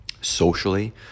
socially